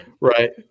right